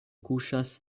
kuŝas